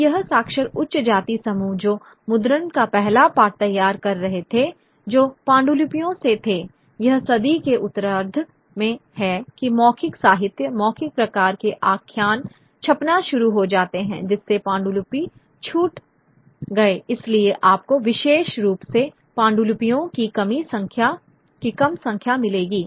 तो यह साक्षर उच्च जाति समूह जो मुद्रण का पहला पाठ तैयार कर रहे थे जो पांडुलिपियों से थे यह सदी के उत्तरार्ध में है कि मौखिक साहित्य मौखिक प्रकार के आख्यान छपना शुरू हो जाते हैं जिससे पांडुलिपि छूट गए इसलिए आपको विशेष रुप से पांडुलिपियों की कम संख्या मिलेगी